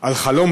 על חלום